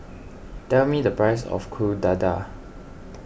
tell me the price of Kuih Dadar